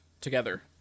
together